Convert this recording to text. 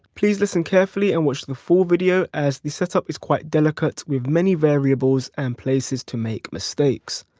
please listen carefully and watch the full video as the setup is quite delicate with many variables and places to make mistakes.